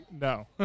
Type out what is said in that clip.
no